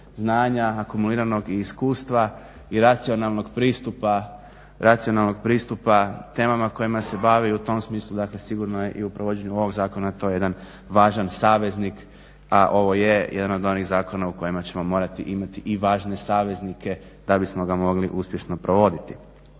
znanja akumuliranog i iskustva i racionalnog pristupa temama kojima se bavi u tom smislu. Dakle sigurno je i u provođenju ovog zakona, to je jedan važan saveznik a ovo je jedan od onih zakona u kojima ćemo morati imati i važne saveznike da bismo ga mogli uspješno provoditi.